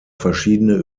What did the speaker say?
verschiedene